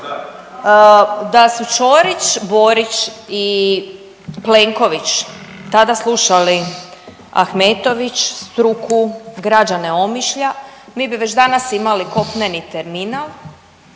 Da su Ćorić, Borić i Plenković tada slušali Ahmetović, struku, građane Omišlja mi bi već danas imali kopneni terminal,